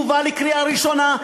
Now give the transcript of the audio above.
הוא יובא לקריאה ראשונה,